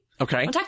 Okay